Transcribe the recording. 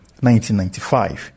1995